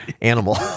animal